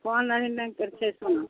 point nine नाइनके छै सोना